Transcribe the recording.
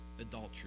adultery